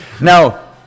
Now